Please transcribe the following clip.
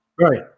Right